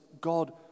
God